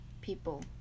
people